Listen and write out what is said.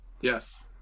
Yes